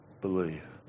believe